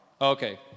Okay